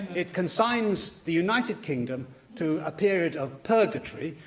it consigns the united kingdom to a period of purgatory,